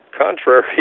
contrary